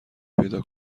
پیدا